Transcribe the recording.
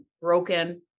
broken